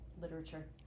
literature